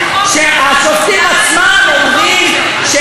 למה אתה מעורר מדנים?